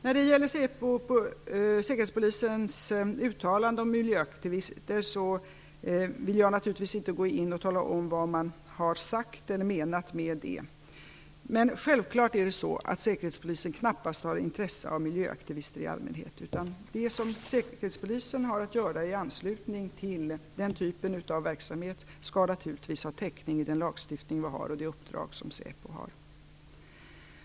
När det gäller säkerhetspolisens uttalande om miljöaktivister vill jag naturligtvis inte gå in och tala om vad man har menat. Säkerhetspolisen har knappast intresse av miljöaktivister i allmänhet. Det som säkerhetspolisen har att göra i anslutning till den typen av verksamhet skall naturligtvis ha teckning i den lagstiftning vi har och det uppdrag som säpo har.